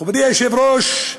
מכובדי היושב-ראש,